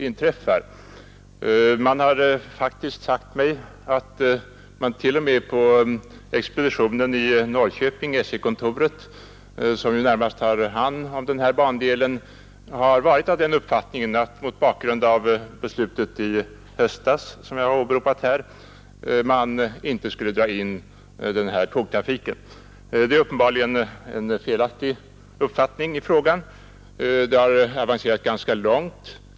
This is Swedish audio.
Det har faktiskt sagts mig att man t.o.m. på SJ-kontoret i Norrköping, som närmast har hand om denna bandel, har varit av den uppfattningen att man med hänsyn till uttalandet i höstas som jag åberopat inte skulle dra in här ifrågavarande tågtrafik. Det är uppenbarligen en felaktig uppfattning. Ärendet har tydligen avancerat ganska långt.